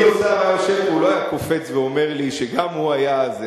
הוא לא היה קופץ ואומר לי שגם הוא היה.